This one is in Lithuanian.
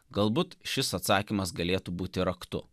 galbūt šis atsakymas galėtų būti raktu